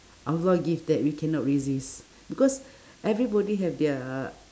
allah give that we cannot resist because everybody have their